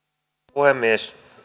puhemies